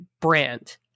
brand